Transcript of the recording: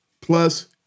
plus